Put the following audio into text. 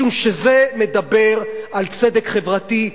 משום שזה מדבר על צדק חברתי,